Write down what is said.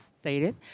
stated